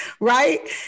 right